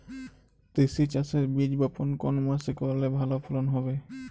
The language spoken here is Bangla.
তিসি চাষের বীজ বপন কোন মাসে করলে ভালো ফলন হবে?